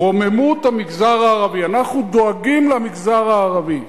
רוממות המגזר הערבי, אנחנו דואגים למגזר הערבי.